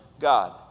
God